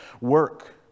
work